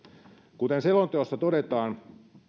kuten selonteossa todetaan